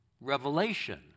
revelation